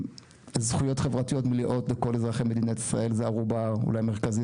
שזכויות חברתיות מלאות לכל אזרחי מדינת ישראלית זה ערובה אולי מרכזית